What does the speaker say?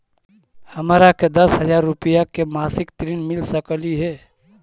हमरा के दस हजार रुपया के मासिक ऋण मिल सकली हे?